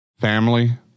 family